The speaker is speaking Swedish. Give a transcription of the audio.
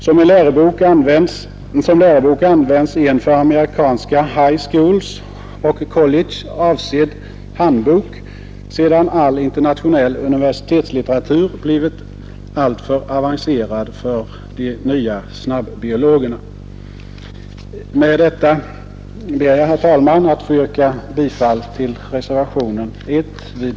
Som lärobok används en för amerikanska high schools och colleges avsedd handbok, sedan all internationell universitetslitteratur blivit alltför avancerad för de nya ”snabbiologerna"”.” Med detta ber jag, fru talman, att få yrka bifall till reservationen 1 vid